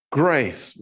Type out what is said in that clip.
grace